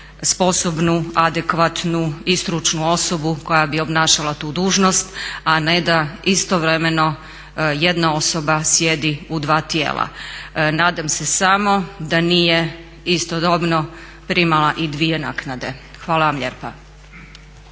sposobnu, adekvatnu i stručnu osobu koja bi obnašala tu dužnost, a ne da istovremeno jedna osoba sjedi u dva tijela. Nadam se samo da nije istodobno primala i dvije naknade. Hvala vam lijepa.